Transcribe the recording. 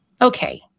Okay